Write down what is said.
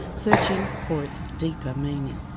searching for its deeper meaning.